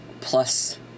plus